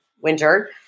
winter